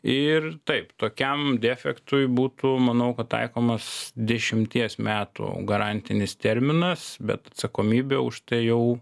ir taip tokiam defektui būtų manau kad taikomas dešimties metų garantinis terminas bet atsakomybė už tai jau